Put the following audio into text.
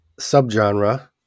subgenre